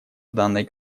данной